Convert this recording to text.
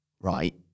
right